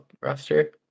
roster